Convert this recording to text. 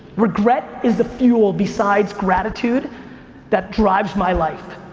regret is the fuel, besides gratitude that drives my life.